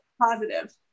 positive